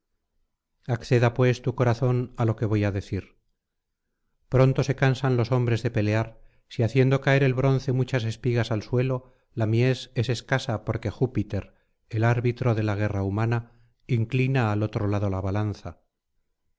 acceda pues tu corazón á lo que voy á decir pronto se cansan los hombres de pelear si haciendo caer el bronce muchas espigas al suelo la mies es escasa porque júpiter el arbitro de la guerra humana inclina al otro lado la balanza